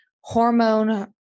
hormone